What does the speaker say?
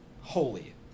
Holy